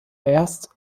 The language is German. erst